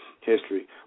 history